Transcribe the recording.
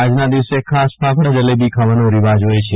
આજના દિવસે ખાસ ફાફડાજલેબી ખાવાનો રિવાજ હોય છે